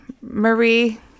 Marie